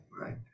right